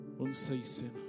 unceasing